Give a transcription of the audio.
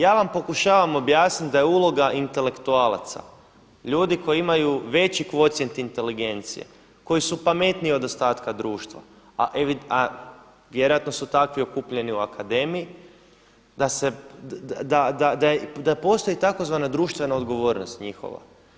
Ja vam pokušavam objasniti da je uloga intelektualaca, ljudi koji imaju veći kvocijent inteligencije, koji su pametniji od ostatka društva, a vjerojatno su takvi okupljeni u akademiji, da se, da postoji tzv. društvena odgovornost njihova.